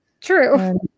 True